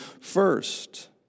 first